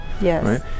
Yes